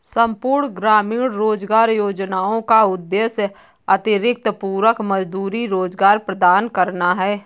संपूर्ण ग्रामीण रोजगार योजना का उद्देश्य अतिरिक्त पूरक मजदूरी रोजगार प्रदान करना है